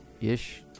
ish